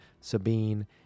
Sabine